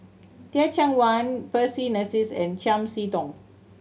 Teh Cheang Wan Percy McNeice and Chiam See Tong